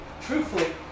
truthfully